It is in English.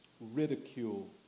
ridicule